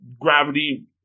gravity